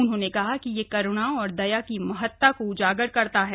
उन्होंने कहा कि यह करुणा और दया की महत्ता का उजागर करता है